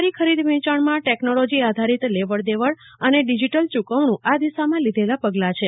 સરકારી ખરીદ વેચાણમાં ટેકનોલોજી આધારિત લેવડ દેવડ અને ડીઝીટલ ચુકવણ આ દિશામાં લીધેલા પગલાં છે